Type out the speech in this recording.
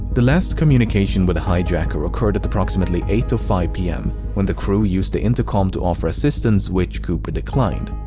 the last communication with the hijacker occurred at approximately eight five p m. when the crew used the intercom to offer assistance, which cooper declined.